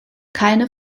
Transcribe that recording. keine